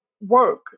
work